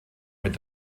mit